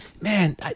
Man